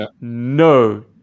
no